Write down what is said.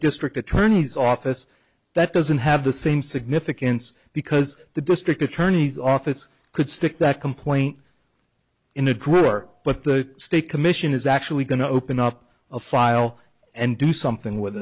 district attorney's office that doesn't have the same significance because the district attorney's office could stick that complaint in a drawer but the state commission is actually going to open up a file and do something with